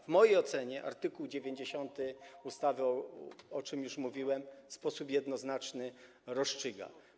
W mojej ocenie art. 90 ustawy, o czym już mówiłem, w sposób jednoznaczny to rozstrzyga.